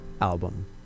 album